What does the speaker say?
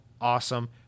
awesome